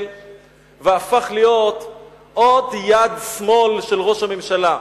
והפך להיות עוד יד שמאל של ראש הממשלה.